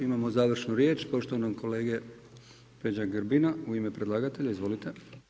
Imamo završnu riječ poštovanog kolege Peđe Grbina u ime predlagatelja, izvolite.